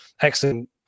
excellent